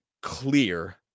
clear